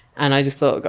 and i just thought,